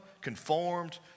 conformed